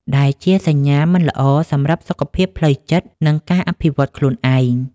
ដែលជាសញ្ញាមិនល្អសម្រាប់សុខភាពផ្លូវចិត្ត និងការអភិវឌ្ឍខ្លួនឯង។